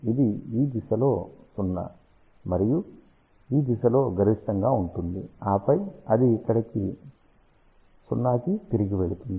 ఇది ఈ దిశలో 0 మరియు ఇది ఈ దిశలో గరిష్టంగా ఉంటుంది ఆపై అది ఇక్కడ 0 కి తిరిగి వెళుతుంది